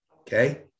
Okay